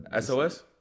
SOS